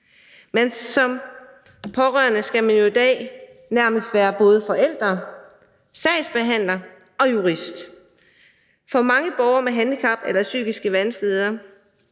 Men som pårørende skal man jo i dag nærmest være både forældre, sagsbehandler og jurist. For mange borgere med handicap eller psykiske vanskeligheder